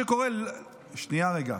ראש מועצה, שנייה, רגע.